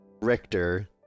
Richter